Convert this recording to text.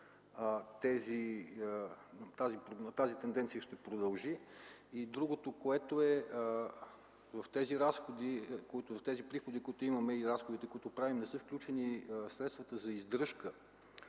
тази тенденция ще продължи? И другото. В тези приходи, които имаме, и разходите, които правим, не са включени средствата за издръжка